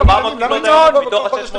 למה אתם